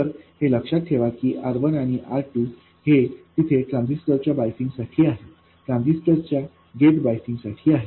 तर हे लक्षात ठेवा की R1आणि R2 हे तिथे ट्रान्झिस्टर च्या बायसिंग साठी आहेत ट्रान्झिस्टर च्या गेट बायसिंग साठी आहेत